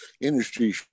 industry